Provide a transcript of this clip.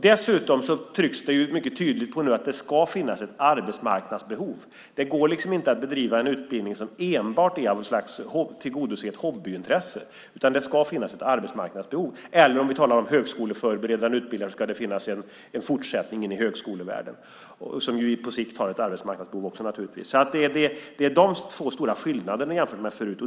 Dessutom trycks det mycket tydligt på att det ska finnas ett arbetsmarknadsbehov. Det går inte att bedriva en utbildning som enbart är till för att tillgodose en hobby eller ett intresse, utan det ska finnas ett arbetsmarknadsbehov. Om vi talar om högskoleförberedande utbildningar ska det finnas en fortsättning in i högskolevärlden som ju på sikt naturligtvis också har ett arbetsmarknadsbehov. Det är de två stora skillnaderna jämfört med förut.